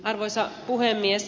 arvoisa puhemies